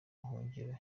buhungiro